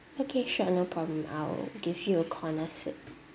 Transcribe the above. okay sure no problem I'll give you a corner seat